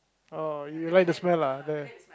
oh where the smell lah the